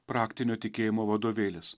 praktinio tikėjimo vadovėlis